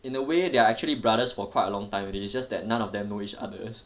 in a way they're actually brothers for quite a long time already it's just that none of them know each other